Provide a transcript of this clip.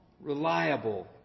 reliable